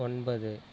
ஒன்பது